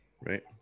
Right